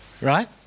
right